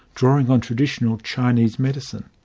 drawing on traditional chinese medicine.